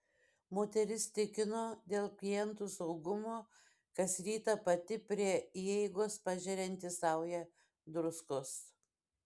moteris tikino dėl klientų saugumo kas rytą pati prie įeigos pažerianti saują druskos